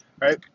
right